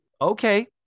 Okay